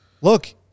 look